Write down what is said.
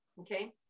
okay